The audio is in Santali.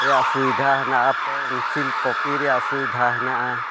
ᱨᱮᱭᱟᱜ ᱥᱩᱵᱤᱫᱷᱟ ᱦᱮᱱᱟᱜᱼᱟ ᱨᱮᱭᱟᱜ ᱥᱩᱵᱤᱫᱷᱟ ᱦᱮᱱᱟᱜᱼᱟ